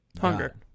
hunger